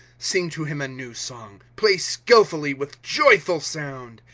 sing to him a new song play skillfully with joyful sound.